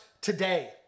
today